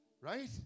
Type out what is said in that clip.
Right